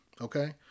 Okay